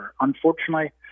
Unfortunately